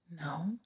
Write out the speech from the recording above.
no